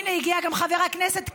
הינה, הגיע גם חבר הכנסת קיש,